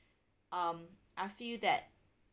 um I feel that